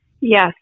Yes